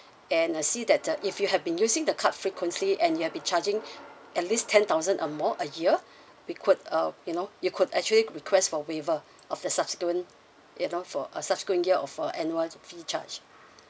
and uh see that uh if you have been using the card frequently and you have been charging at least ten thousand and more a year we could um you know you could actually request for waiver of the subsequent you know for a subsequent year of uh annual fee charge